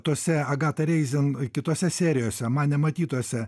tose agata reizin kitose serijose man nematytose